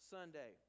Sunday